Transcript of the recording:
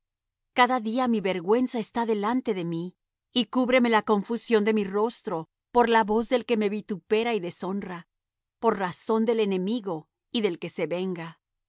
cada día mi vergüenza está delante de mí y cúbreme la confusión de mi rostro por la voz del que me vitupera y deshonra por razón del enemigo y del que se venga